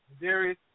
Darius